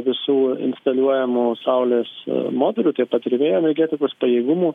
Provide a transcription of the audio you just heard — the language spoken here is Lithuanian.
visų instaliuojamų saulės modulių taip pat ir vėjo energetikos pajėgumų